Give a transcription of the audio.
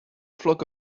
flock